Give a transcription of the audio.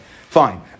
fine